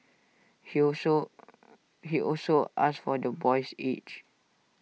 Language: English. he also he also asked for the boy's age